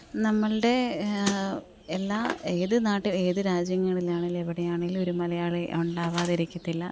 നമ്മളുടെ എല്ലാ ഏത് നാട്ടില് ഏത് രാജ്യങ്ങളിൽ ആണെങ്കിലും എവിടെയാണെങ്കിലും ഒരു മലയാളി ഉണ്ടാവാതിരിക്കത്തില്ല